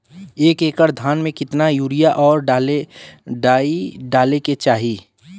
एक एकड़ धान में कितना यूरिया और डाई डाले के चाही?